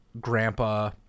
grandpa